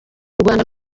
rwanda